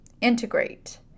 integrate